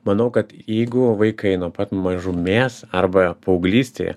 manau kad jeigu vaikai nuo pat mažumės arba paauglystėje